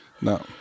No